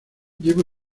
llevo